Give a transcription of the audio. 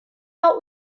out